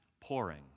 pouring